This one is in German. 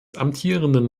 amtierenden